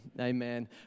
Amen